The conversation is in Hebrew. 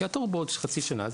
אלא כי התור הוא בעוד חצי שנה,